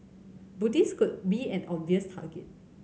Buddhists could be an obvious target